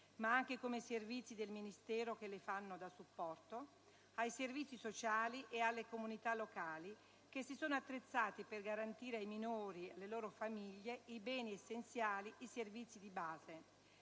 ma anche come servizi del Ministero che le fanno da supporto) ai servizi sociali e alle comunità locali (che si sono attrezzati per garantire ai minori e alle loro famiglie i beni essenziali, i servizi di base);